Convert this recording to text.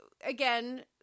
again